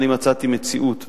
אני מצאתי מציאות מסוימת.